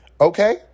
Okay